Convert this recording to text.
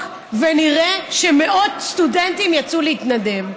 ונראה שמאות סטודנטים יצאו להתנדב.